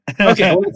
Okay